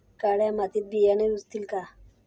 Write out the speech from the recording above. काळ्या मातीत बियाणे रुजतील का?